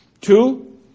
Two